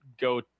go